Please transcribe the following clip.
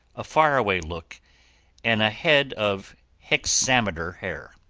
a far-away look and a head of hexameter hair.